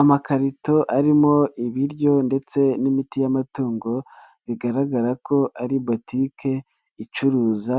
Amakarito arimo ibiryo ndetse n'imiti y'amatungo, bigaragara ko ari botiki icuruza